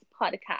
podcast